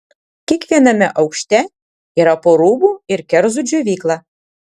kiekviename aukšte yra po rūbų ir kerzų džiovyklą